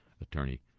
attorney